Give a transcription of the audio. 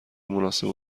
مناسب